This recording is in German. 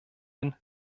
den